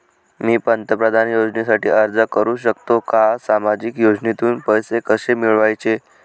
मी पंतप्रधान योजनेसाठी अर्ज करु शकतो का? सामाजिक योजनेतून पैसे कसे मिळवायचे